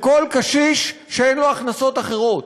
לכל קשיש שאין לו הכנסות אחרות.